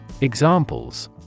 Examples